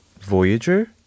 Voyager